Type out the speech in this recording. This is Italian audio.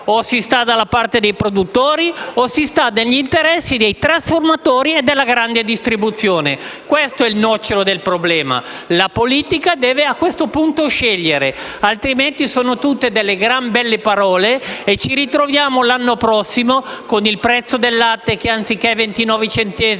si sta dalla parte dei produttori oppure dalla parte degli interessi dei trasformatori e della grande distribuzione. Questo è il nocciolo del problema. La politica deve scegliere, altrimenti sono gran belle parole e ci ritroviamo l'anno prossimo con il prezzo del latte che, anziché essere di